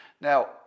Now